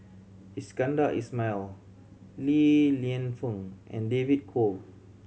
Iskandar Ismail Li Lienfung and David Kwo